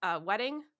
wedding